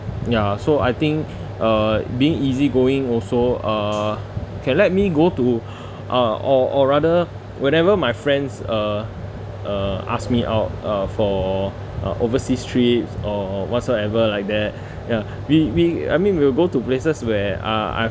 ya so I think uh being easygoing also uh okay let me go to uh or or rather whenever my friends uh uh ask me out uh for uh overseas trips or whatsoever like that ya we we I mean we'll go to places where uh I